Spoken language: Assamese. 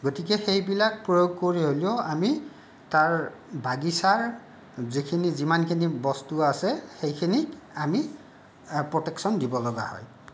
গতিকে সেইবিলাক প্ৰয়োগ কৰি হ'লেও আমি তাৰ বাগিচাৰ যিমানখিনি বস্তু আছে সেইখিনিক আমি প্ৰটেক্শ্য়ন দিবলগীয়া হয়